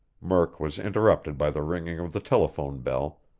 murk was interrupted by the ringing of the telephone bell,